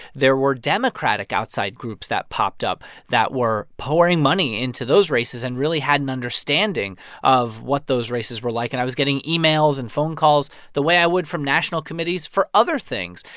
there were democratic outside groups that popped up that were pouring money into those races and really had an understanding of what those races were like. and i was getting emails and phone calls the way i would from national committees for other things.